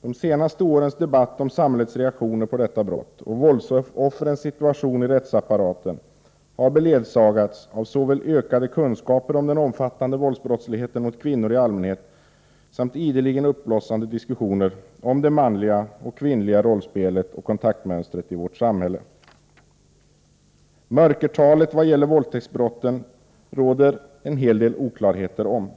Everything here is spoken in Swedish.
De senaste årens debatter om samhällets reaktioner på detta brott och våldsoffrens situation i rättsapparaten har beledsagats av såväl ökade kunskaper om den omfattande våldsbrottsligheten mot kvinnor i allmänhet som ideligen uppblossande diskussioner om det manliga och kvinnliga rollspelet och kontaktmönstret i vårt samhälle. Det råder en hel del oklarheter om mörkertalet vad gäller våldtäktsbrotten.